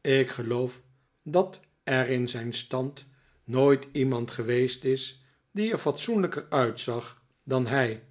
ik geloof dat er in zijn stand nooit iemand geweest is die er fatsoenlijker uitzag dan hij